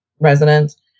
residents